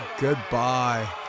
Goodbye